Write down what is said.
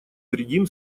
вредим